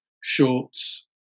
shorts